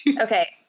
Okay